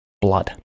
Blood